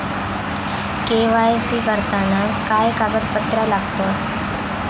KYC करताना काय कागदपत्रा लागतत?